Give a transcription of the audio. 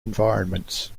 environments